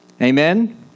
Amen